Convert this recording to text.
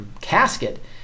casket